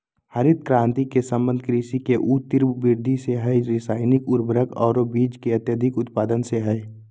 हरित क्रांति के संबंध कृषि के ऊ तिब्र वृद्धि से हई रासायनिक उर्वरक आरो बीज के अत्यधिक उत्पादन से हई